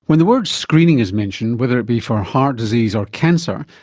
when the word screening is mentioned, whether it be for heart disease or cancer,